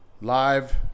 Live